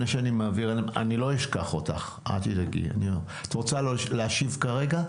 את רוצה להשיב כרגע?